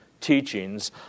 teachings